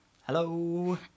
Hello